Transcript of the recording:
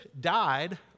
died